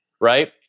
right